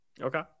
Okay